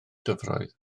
dyfroedd